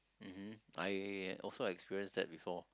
mmhmm I also experienced that before